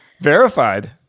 Verified